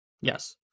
Yes